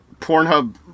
Pornhub